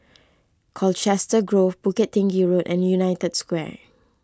Colchester Grove Bukit Tinggi Road and United Square